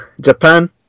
Japan